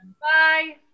Bye